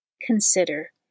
Consider